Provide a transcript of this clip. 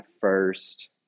first